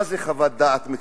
מה זה חוות דעת מקצועית?